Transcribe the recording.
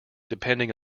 depending